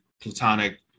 platonic